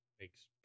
makes